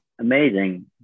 amazing